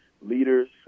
leaders